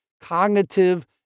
cognitive